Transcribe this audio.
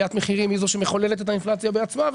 ועליית מחירים היא זו שמחוללת את האינפלציה בעצמה.